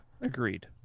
Agreed